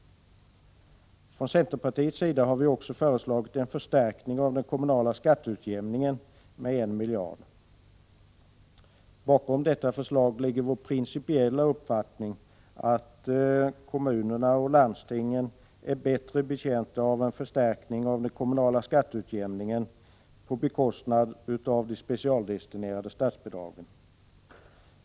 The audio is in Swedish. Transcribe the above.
Från centerpartiets sida har vi också föreslagit en förstärkning av den kommunala skatteutjämningen med 1 miljard. Bakom detta förslag ligger vår principiella uppfattning att kommunerna och landstingen är bättre betjänta av en förstärkning av den kommunala skatteutjämningen på bekostnad av de specialdestinerade statsbidragen.